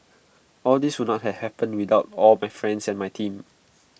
all this would not had happened without all my friends and my team